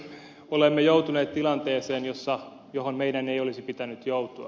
olemme joutuneet tilanteeseen johon meidän ei olisi pitänyt joutua